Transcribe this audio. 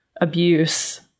abuse